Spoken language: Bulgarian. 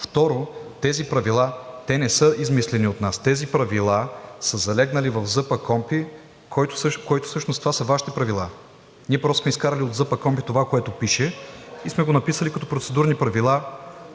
Второ, тези правила не са измислени от нас. Тези правила са залегнали в ЗПКОНПИ, които всъщност са Вашите правила. Ние просто сме изкарали от ЗПКОНПИ това, което пише, и сме го написали като Процедурни правила